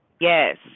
Yes